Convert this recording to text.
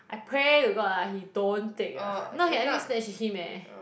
I pray to God ah he don't take ah no he I need to snatch with him eh